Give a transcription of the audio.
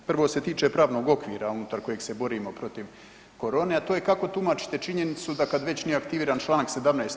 Prvo se tiče pravnog okvira unutar kojeg se borimo protiv korone, a to je tumačite činjenicu da kad već nije aktiviran čl. 17.